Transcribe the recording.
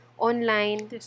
Online